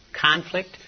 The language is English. conflict